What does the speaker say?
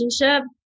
relationship